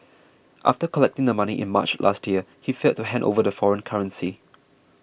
after collecting the money in March last year he failed to hand over the foreign currency